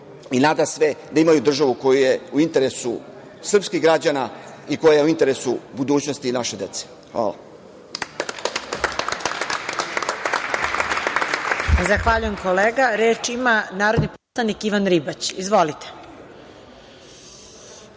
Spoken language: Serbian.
i nadasve da imaju državu koja je u interesu srpskih građana i koja je u interesu budućnosti naše dece. Hvala.